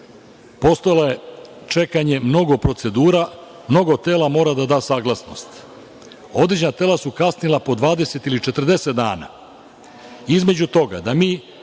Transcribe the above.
Postojalo je čekanje mnogo procedura, mnogo tela mora da da saglasnost. Određena tela su kasnila po dvadeset ili četrdeset dana. Između toga da mi